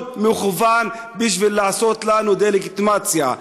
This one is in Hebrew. הכול מכוון בשביל לעשות לנו דה-לגיטימציה.